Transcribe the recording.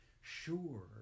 sure